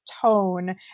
tone